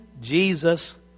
Jesus